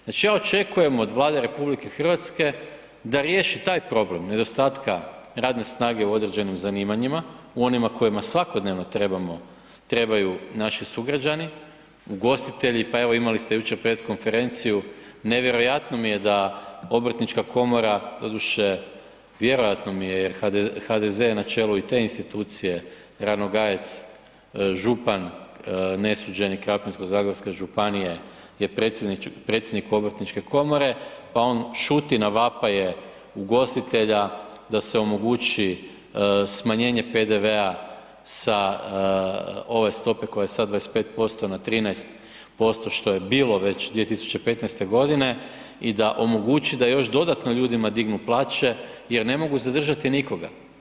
Znači ja očekujem od Vlade RH da riješi taj problem nedostatka radne snage u određenim zanimanjima, u onima u kojima svakodnevno trebaju naši sugrađani, ugostitelji, pa evo imali ste jučer press konferenciju, nevjerojatno mi je da obrtnička komora, doduše, vjerojatno mi je jer HDZ je na čelu i te institucije, Ranogajec, župan nesuđeni Krapinsko-zagorske županije je predsjednik Obrtničke komore pa on šuti na vapaje ugostitelja da se omogući smanjenje PDV-a sa ove stope koja je sad, 25% na 13%, što je bilo već 2015. godine i da omogući da još dodatno dignu plaće jer ne mogu zadržati nikoga.